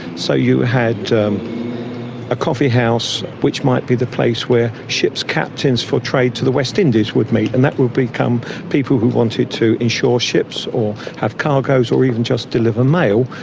so you had a coffee house which might be the place where ships' captains for trade to the west indies would meet, and that would become people who wanted to insure ships, or have cargoes or even just deliver mail,